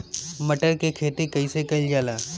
मटर के खेती कइसे कइल जाला?